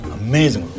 amazing